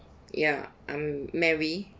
ya I'm mary